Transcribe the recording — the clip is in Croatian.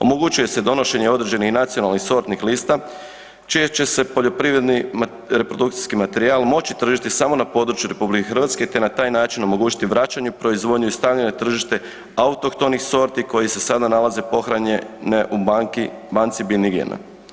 Omogućuje se donošenje određenih nacionalnih sortnih lista čije će poljoprivredni reprodukcijski materijal moći tržiti samo na području na RH te na taj način omogućiti vraćanje proizvodnje iz stanja na tržište autohtonih sorti koje se sada nalaze pohranjene u banci biljnih gena.